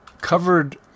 covered